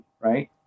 right